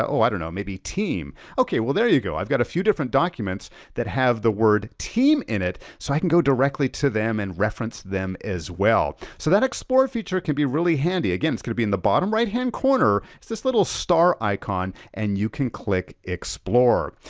oh i don't know, maybe team. okay, well there you go, i've got a few different documents that have the word team in it so i can go directly to them and reference them as well. so that explore feature can be really handy. again, it's gonna be in the bottom right hand corner, it's this little star icon and you can click explore.